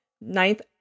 ninth